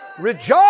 Rejoice